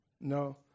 No